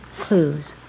Clues